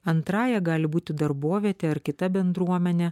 antrąja gali būti darbovietė ar kita bendruomenė